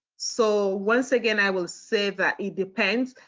so once again i will say that it depends.